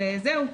זהו,